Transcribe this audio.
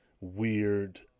Weird